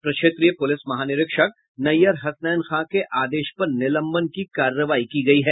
प्रक्षेत्रीय प्रलिस महानिरीक्षक नैयर हसनैन खां के आदेश पर निलंबन की कार्रवाई की गयी है